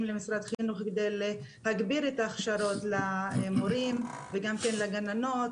למשרד החינוך כדי להגביר את ההכשרות למורים ולגננות,